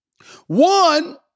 One